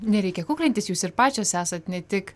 nereikia kuklintis jūs ir pačios esat ne tik